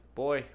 boy